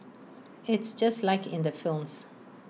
it's just like in the films